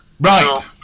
right